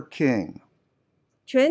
king